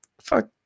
Fuck